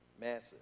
Massive